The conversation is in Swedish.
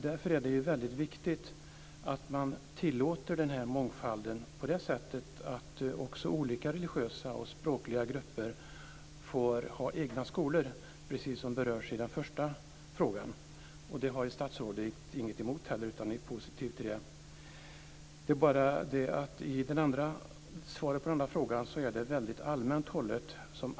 Därför är det väldigt viktigt att man tillåter den här mångfalden genom att också olika religiösa och språkliga grupper får ha egna skolor, precis som berörs i den första frågan. Det har ju statsrådet inte heller något emot, utan hon är positiv till det. Men svaret på den andra frågan är väldigt allmänt hållet.